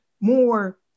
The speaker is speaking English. more